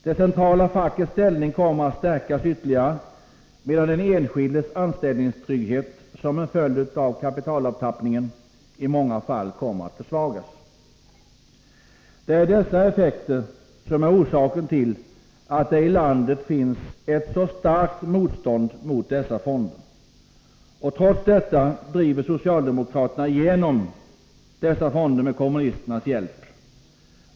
Det centrala fackets ställning kommer att stärkas ytterligare, medan den enskildes anställningstrygghet som en följd av kapitalavtappningen i många fall kommer att försvagas. Det är dessa effekter som är orsaken till att det i landet finns ett så starkt motstånd mot dessa fonder. Trots detta driver socialdemokraterna igenom dessa fonder med kommunisternas hjälp.